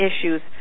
issues